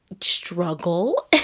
struggle